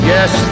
Yes